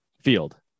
field